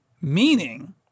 meaning